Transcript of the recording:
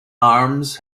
arms